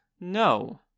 No